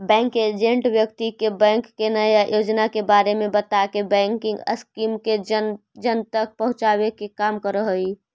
bank agent व्यक्ति के bank के नया योजना के बारे में बताके बैंकिंग स्कीम के जन जन तक पहुंचावे के काम करऽ हइ